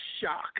shock